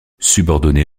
subordonné